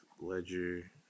Ledger